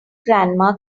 grandma